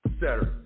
Saturday